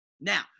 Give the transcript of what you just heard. Now